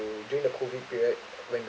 during the COVID period when